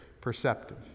perceptive